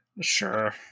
Sure